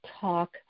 talk